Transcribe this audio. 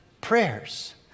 prayers